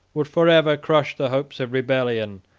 would forever crush the hopes of rebellion,